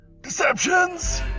Deceptions